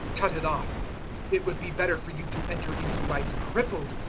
cut it off it would be better for you to enter into life crippled,